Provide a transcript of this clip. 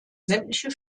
sämtliche